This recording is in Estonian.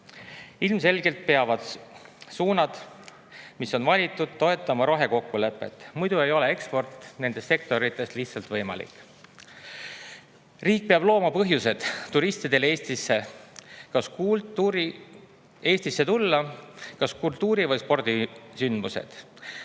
Ilmselgelt peavad suunad, mis on valitud, toetama rohekokkulepet, muidu ei ole eksport nendes sektorites lihtsalt võimalik. Riik peab looma põhjuseid turistidele Eestisse tulla, kas kultuuri- või spordisündmuseid.